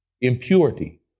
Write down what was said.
impurity